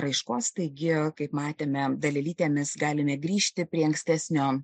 raiškos taigi kaip matėme dalelytėmis galime grįžti prie ankstesnio